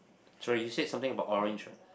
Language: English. sorry you said something about orange right